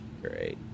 great